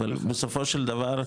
אבל בסופו של דבר,